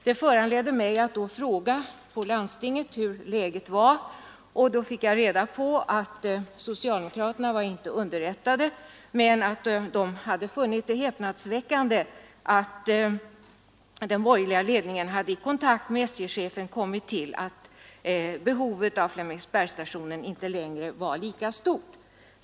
Det föranledde mig att fråga på landstinget hur läget var, och då fick jag reda på att socialdemokraterna inte var underrättade men att de hade funnit det häpnadsväckande att den borgerliga ledningen i kontakt med SJ-chefen kommit till att behovet av Flemingsbergsstationen inte längre var lika stort.